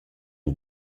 une